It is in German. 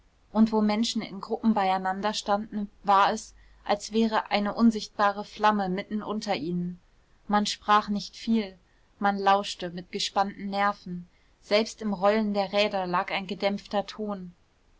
und wo menschen in gruppen beieinander standen war es als wäre eine unsichtbare flamme mitten unter ihnen man sprach nicht viel man lauschte mit gespannten nerven selbst im rollen der räder lag ein gedämpfter ton